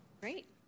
Great